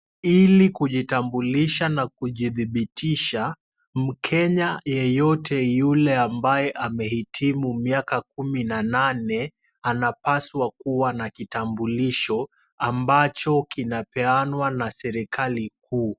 Ili kujitambulisha na kujidhibitisha, mkenya yeyote yule ambaye amehitimu miaka kumi na nane, anapaswa kuwa na kitambulisho ambacho kinapeanwa na serikali kuu.